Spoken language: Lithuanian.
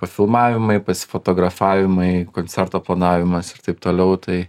pafilmavimai pasifotografavimai koncerto planavimas ir taip toliau tai